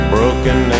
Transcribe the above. Broken